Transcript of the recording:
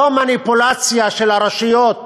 לא מניפולציה של הרשויות